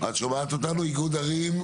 למרות ההבדלים האידיאולוגיים הלא קטנים בינינו.